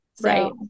Right